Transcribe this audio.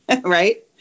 right